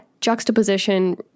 juxtaposition